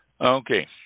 Okay